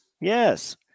Yes